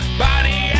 body